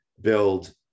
build